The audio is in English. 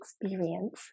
experience